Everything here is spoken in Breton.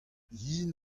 yen